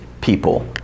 people